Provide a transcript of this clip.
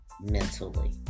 mentally